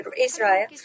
Israel